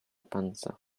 panza